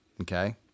Okay